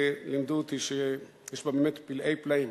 לימדו אותי שיש בה באמת פלאי פלאים,